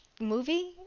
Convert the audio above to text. movie